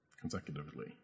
consecutively